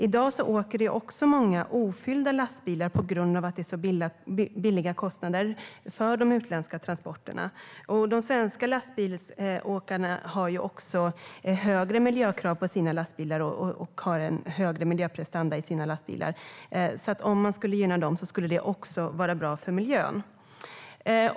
I dag åker många lastbilar ofyllda på grund av att det är så billiga kostnader för de utländska transporterna. De svenska lastbilsåkarna har högre miljökrav och en högre miljöprestanda på sina lastbilar. Om man skulle gynna dem skulle det också vara bra för miljön.